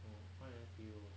oo why can't see you